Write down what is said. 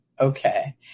Okay